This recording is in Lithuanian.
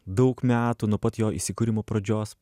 daug metų nuo pat jo įsikūrimo pradžios